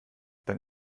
dann